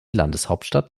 landeshauptstadt